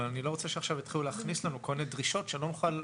אבל אני לא רוצה שעכשיו יתחילו להכניס לנו כל מיני דרישות שאני לא מוכן.